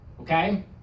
okay